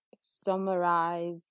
summarize